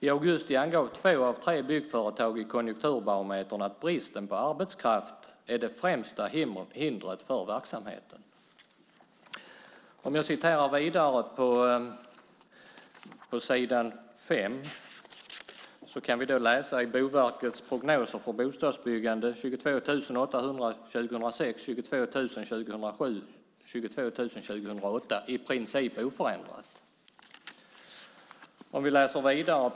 I augusti angav två av tre byggföretag i konjunkturbarometern att bristen på arbetskraft är främsta hindret för verksamheten." På s. 5 i Boverkets prognoser för bostadsbyggande i flerbostadshus ser man att det är fråga om 22 800 år 2006, 22 000 år 2007 och 22 000 år 2008. Det är alltså i princip oförändrat.